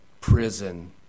prison